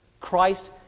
Christ